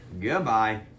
Goodbye